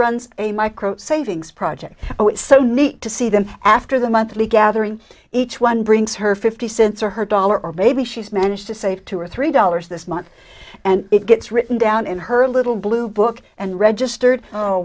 runs a micro savings project so neat to see them after the monthly gathering each one brings her fifty cents or her dollar or maybe she's managed to save two or three dollars this month and it gets written down in her little blue book and registered